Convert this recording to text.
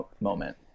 moment